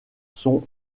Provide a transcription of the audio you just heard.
sont